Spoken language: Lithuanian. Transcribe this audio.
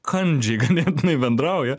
kandžiai ganėtinai bendrauja